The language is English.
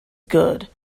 good